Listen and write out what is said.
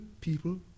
people